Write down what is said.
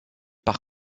par